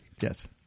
yes